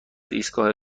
ایستگاه